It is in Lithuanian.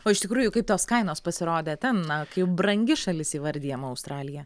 o iš tikrųjų kaip tos kainos pasirodė ten na kaip brangi šalis įvardijama australija